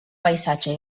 paisatge